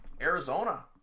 Arizona